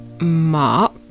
mark